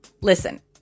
Listen